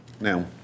Now